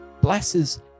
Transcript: blesses